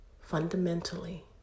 fundamentally